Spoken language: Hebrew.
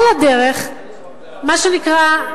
על הדרך, מה שנקרא,